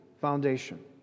foundation